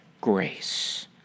grace